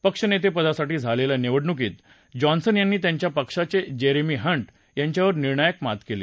पक्षनेतेपदासाठी झालेल्या निवडणुकीत जॉन्सन यांनी त्यांच्या पक्षाचे जेरेमी हंट यांच्यावर निर्णायक मात केली